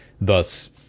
thus